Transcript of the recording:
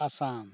Assam